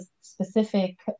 specific